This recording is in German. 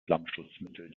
flammschutzmittel